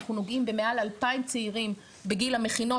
אנחנו נוגעים במעל 2,000 צעירים בגיל המכינות,